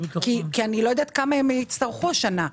כי אני לא יודעת כמה הם יצטרכו השנה,